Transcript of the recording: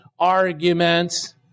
arguments